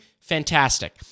Fantastic